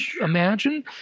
imagine